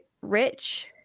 rich